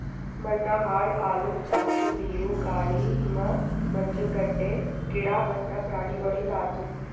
ಮಣ್ಣ ಹಾಳ್ ಆಲುಕ್ ಜಾಸ್ತಿ ನೀರು, ಗಾಳಿ, ಹಿಮ, ಮಂಜುಗಡ್ಡೆ, ಗಿಡ ಮತ್ತ ಪ್ರಾಣಿಗೊಳಿಂದ್ ಆತುದ್